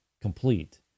complete